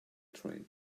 train